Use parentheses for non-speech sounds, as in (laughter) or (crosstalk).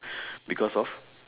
(breath) because of